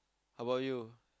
how about you